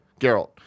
Geralt